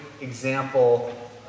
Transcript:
example